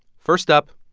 first up,